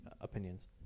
opinions